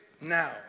now